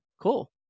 cool